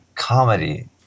comedy